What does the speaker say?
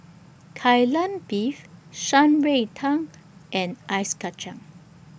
Kai Lan Beef Shan Rui Tang and Ice Kachang